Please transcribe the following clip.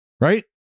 Right